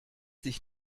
dich